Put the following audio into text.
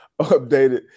updated